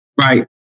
Right